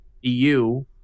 EU